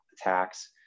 attacks